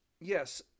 yes